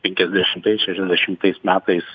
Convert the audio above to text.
penkiasdešimtais šešiasdešimtais metais